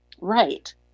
right